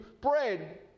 bread